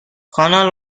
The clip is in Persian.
کانال